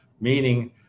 meaning